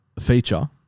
feature